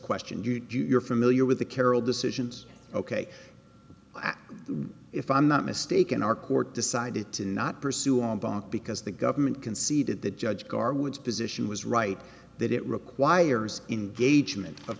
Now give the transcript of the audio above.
question you do you're familiar with the carol decisions ok if i'm not mistaken our court decided to not pursue on bach because the government conceded that judge garwood position was right that it requires engagement of